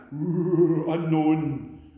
unknown